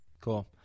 Cool